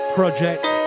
Project